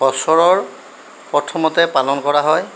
বছৰৰ প্ৰথমতে পালন কৰা হয়